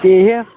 ते ह्य